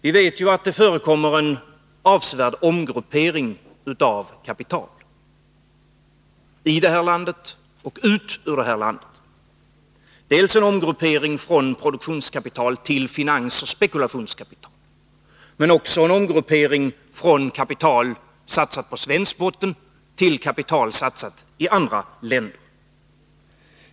Vi vet att det förekommer en avsevärd omgruppering av kapital — i detta land och ut ur detta land. Dels är det en omgruppering från produktionskapital till finansoch spekulationskapital, dels från kapital satsat på svensk botten till kapital satsat i andra länder.